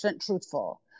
truthful